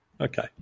Okay